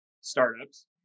startups